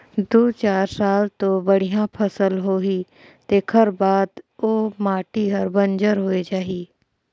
दू चार साल तो बड़िया फसल होही तेखर बाद ओ माटी हर बंजर होए जाही